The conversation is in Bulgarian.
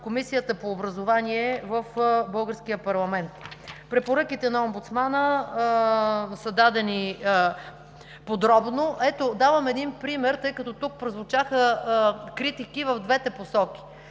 Комисията по образование в българския парламент. Препоръките на омбудсмана са дадени подробно. Давам един пример, тъй като тук прозвучаха критики в двете посоки: